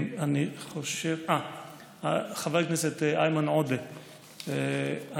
חבר הכנסת איימן עודה,